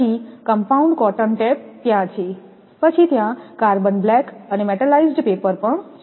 પછી compound cotton tape ત્યાં છે પછી ત્યાં કાર્બન બ્લેક અને મેટલાઇઝ્ડ પેપર પણ છે